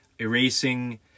erasing